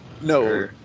No